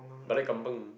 balik kampung